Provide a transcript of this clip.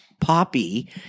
Poppy